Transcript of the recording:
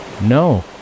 No